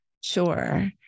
sure